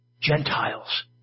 Gentiles